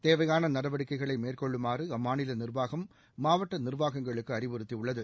தேவையான நடவடிக்கைகளை மேற்கொள்ளுமாறு அம்மாநில நிர்வாகம் மாவட்ட நிர்வாகங்களுக்கு அறிவுறுத்தியுள்ளது